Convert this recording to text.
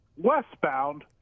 westbound